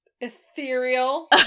ethereal